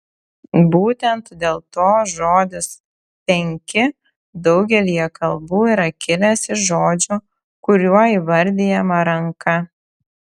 būtent dėl to žodis penki daugelyje kalbų yra kilęs iš žodžio kuriuo įvardijama ranka